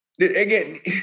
Again